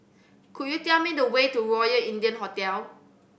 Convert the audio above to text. could you tell me the way to Royal India Hotel